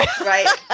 right